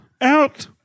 out